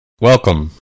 Welcome